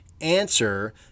answer